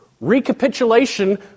recapitulation